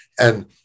And-